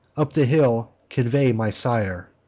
up the hill convey my sire.